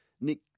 Nick